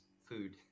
food